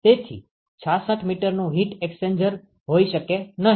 તેથી 66 મીટરનુ heat exchanger હોઈ શકે નહિ